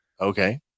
Okay